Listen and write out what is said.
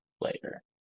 later